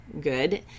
good